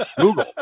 Google